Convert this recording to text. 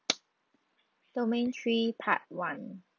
domain three part one